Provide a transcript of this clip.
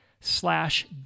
slash